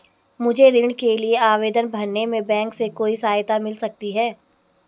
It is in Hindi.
मुझे ऋण के लिए आवेदन भरने में बैंक से कोई सहायता मिल सकती है?